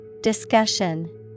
Discussion